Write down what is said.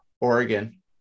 Oregon